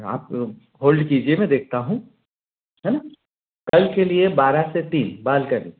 आप होल्ड कीजिए मैं देखता हूँ है ना कल के लिए बारह से तीन बालकनी